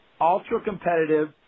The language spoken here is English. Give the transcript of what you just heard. ultra-competitive